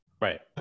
Right